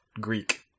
Greek